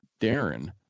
Darren